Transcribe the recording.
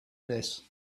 this